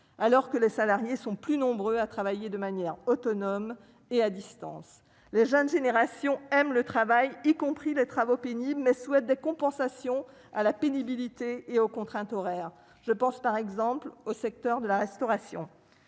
alors qu'ils sont plus nombreux à travailler de manière autonome et à distance. Les jeunes générations aiment le travail, y compris les travaux pénibles, mais souhaitent des compensations à la pénibilité et aux contraintes horaires- je pense par exemple au secteur de la restauration.